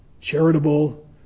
charitable